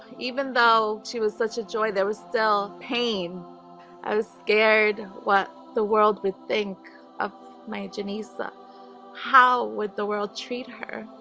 even though she was such a? joy, there, was still pain i was scared what the world would think of my, janissa how, would the world treat her